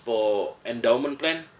for endowment plan